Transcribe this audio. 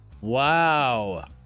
Wow